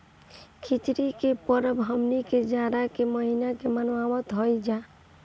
खिचड़ी के परब हमनी के जाड़ा के महिना में मनावत हई जा